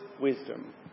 wisdom